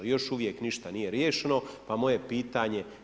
Još uvijek ništa nije riješeno, pa moje pitanje.